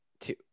two